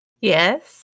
Yes